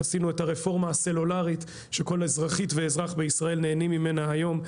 עשינו את הרפורמה הסלולארית שכל אזרחית ואזרח בישראל נהנים ממנה היום.